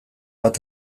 bat